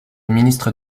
ministre